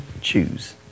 choose